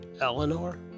Eleanor